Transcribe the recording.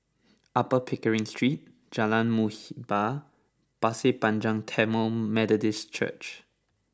Upper Pickering Street Jalan Muhibbah Pasir Panjang Tamil Methodist Church